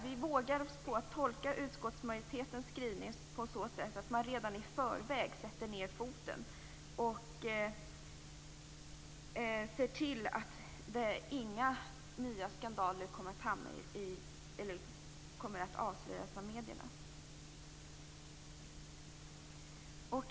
Vi vågar oss på att tolka utskottsmajoritetens skrivning på så sätt att man redan i förväg sätter ned foten för att se till att inga nya skandaler kommer att behöva avslöjas av medierna.